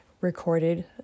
recorded